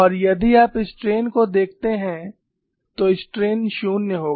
और यदि आप स्ट्रेन को देखते हैं तो स्ट्रेन 0 होगा